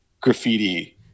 graffiti